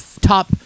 top